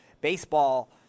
baseball